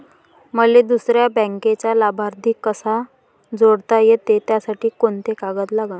मले दुसऱ्या बँकेचा लाभार्थी कसा जोडता येते, त्यासाठी कोंते कागद लागन?